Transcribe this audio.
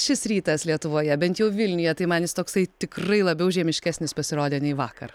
šis rytas lietuvoje bent jau vilniuje tai man jis toksai tikrai labiau žemiškesnis pasirodė nei vakar